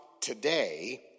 today